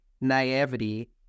naivety